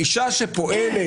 אשה שפועלת,